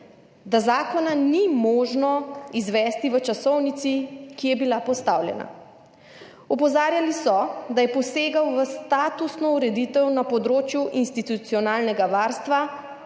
da zakona ni možno izvesti v časovnici, ki je bila postavljena. Opozarjali so, da je posegel v statusno ureditev na področju institucionalnega varstva.